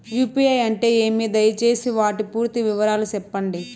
UPI అంటే ఏమి? దయసేసి వాటి పూర్తి వివరాలు సెప్పండి?